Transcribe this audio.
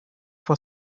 for